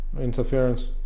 interference